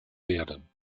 werden